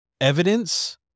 evidence